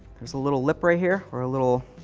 there's a little lip right here or a little,